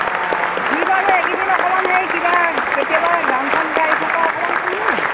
অঁ সি বাৰু এইকেইদিন অকণমান সেই কিবা কেতিয়াবা গান চান গাই থকা অকণমান শুনোঁ